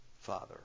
Father